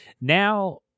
Now